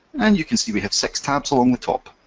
and you can see we have six tabs along the top